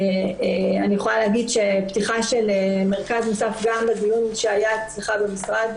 אני יכולה להגיד שפתיחה של מרכז נוסף גם בדיון שהיה אצלך במשרד,